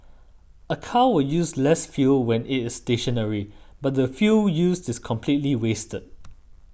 a car will use less fuel when it is stationary but the fuel used is completely wasted